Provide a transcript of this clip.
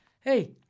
hey